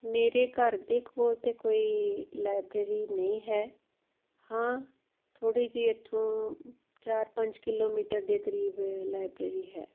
ਮੇਰੇ ਘਰ ਦੇ ਕੋਲ ਤਾਂ ਕੋਈ ਲਾਇਬ੍ਰੇਰੀ ਨਹੀਂ ਹੈ ਹਾਂ ਥੋੜ੍ਹੀ ਜਿਹੀ ਇੱਥੋਂ ਚਾਰ ਪੰਜ ਕਿਲੋਮੀਟਰ ਦੇ ਕਰੀਬ ਲਾਈਬ੍ਰੇਰੀ ਹੈ